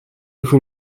vous